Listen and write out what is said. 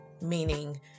meaning